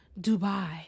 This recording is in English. Dubai